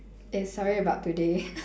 eh sorry about today